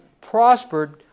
prospered